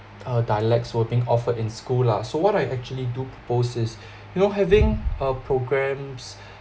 uh dialects were being offered in school lah so what I actually do propose is you know having uh programs